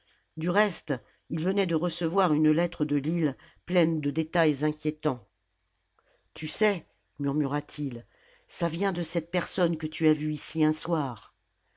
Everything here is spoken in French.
du reste il venait de recevoir une lettre de lille pleine de détails inquiétants tu sais murmura-t-il ça vient de cette personne que tu as vue ici un soir